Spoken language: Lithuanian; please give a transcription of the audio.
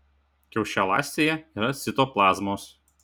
kiaušialąstėje yra citoplazmos